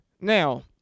Now